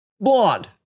Blonde